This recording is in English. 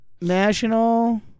national